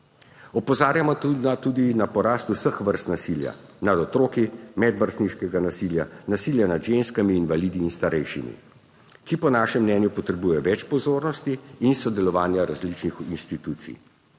Opozarjamo tudi na porast vseh vrst nasilja nad otroki, medvrstniškega nasilja, nasilja nad ženskami, invalidi in starejšimi, ki po našem mnenju potrebujejo več pozornosti in sodelovanja različnih institucij.